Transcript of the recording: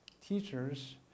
teachers